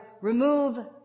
remove